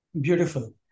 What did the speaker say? Beautiful